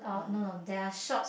mm